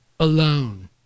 Alone